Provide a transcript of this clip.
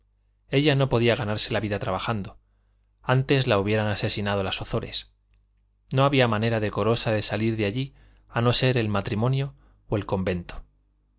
ella no podía ganarse la vida trabajando antes la hubieran asesinado las ozores no había manera decorosa de salir de allí a no ser el matrimonio o el convento